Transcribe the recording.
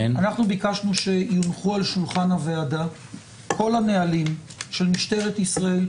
אנחנו ביקשנו שיונחו על שולחן הוועדה כל הנכלים של משטרת ישראל,